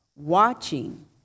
Watching